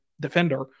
defender